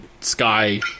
sky